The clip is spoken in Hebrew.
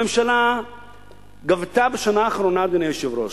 הממשלה גבתה בשנה האחרונה, אדוני היושב-ראש,